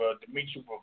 Dimitri